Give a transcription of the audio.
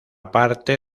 parte